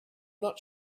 not